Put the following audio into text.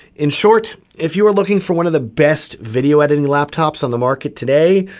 in short, if you were looking for one of the best video editing laptops on the market today,